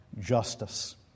justice